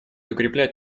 укреплять